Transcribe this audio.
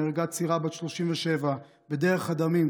נהרגה צעירה בת 37 בדרך הדמים,